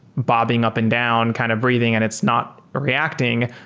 bobbing up and down, kind of breathing and it's not reacting,